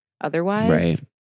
otherwise